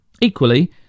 Equally